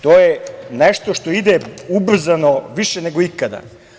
To je nešto što ide ubrzano više nego ikada.